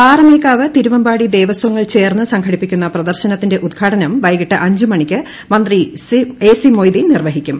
പാറമേക്കാവ് തിരുവമ്പാടി ദേവസ്വങ്ങൾ ചേർന്ന് സംഘടിപ്പിക്കുന്ന പ്രദർശനത്തിന്റെ ഉദ്ഘാടനം വൈകിട്ട് അഞ്ച് മണിക്ക് മന്ത്രി എസി മൊയ്തീൻ നിർവഹിക്കും